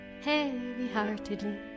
heavy-heartedly